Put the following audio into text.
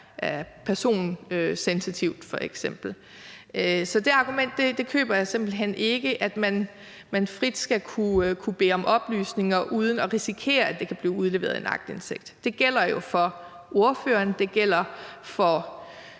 personsensitivt. Så det argument køber jeg simpelt hen ikke, altså at man frit skal kunne bede om oplysninger uden at risikere, at det kan blive udleveret i en aktindsigt. Det gælder jo for ordføreren, det gælder for